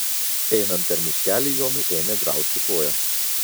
einant per miškelį jonui ėmė graužti koją